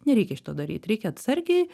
nereikia šito daryt reikia atsargiai